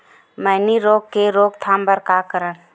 मैनी रोग के रोक थाम बर का करन?